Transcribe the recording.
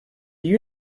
you